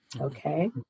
Okay